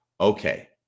Okay